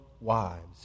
wives